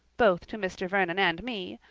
both to mr. vernon and me,